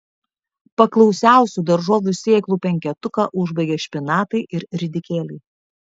paklausiausių daržovių sėklų penketuką užbaigia špinatai ir ridikėliai